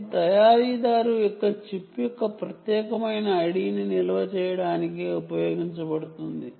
ఇది తయారీదారు యొక్క చిప్ యొక్క ప్రత్యేకమైన ఐడి ని నిల్వ చేయడానికి ఉపయోగించబడుతుంది